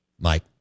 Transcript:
Mike